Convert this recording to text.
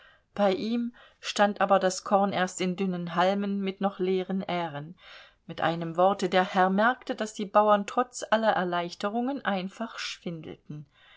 bei ihm stand aber das korn erst in dünnen halmen mit noch leeren ähren mit einem worte der herr merkte daß die bauern trotz aller erleichterungen einfach schwindelten